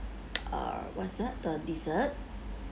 uh what's that the dessert